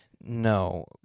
No